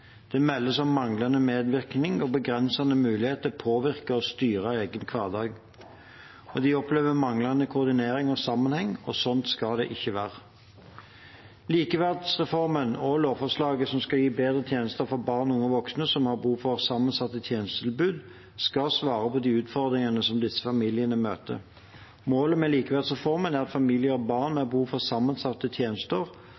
Det meldes om manglende medvirkning og begrenset mulighet til å påvirke og styre egen hverdag. Man opplever også manglende koordinering og sammenheng. Sånn skal det ikke være. Likeverdsreformen og lovforslaget, som skal gi bedre tjenester for barn, unge og voksne som har behov for sammensatte tjenestetilbud, skal svare på de utfordringene disse familiene møter. Målet med likeverdsreformen er at familier og barn